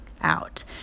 out